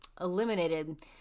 eliminated